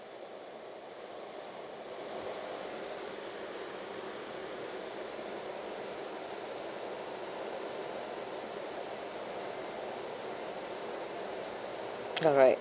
ya right